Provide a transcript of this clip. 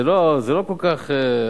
זה לא כל כך,